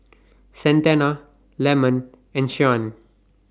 Santana Lemon and Shyann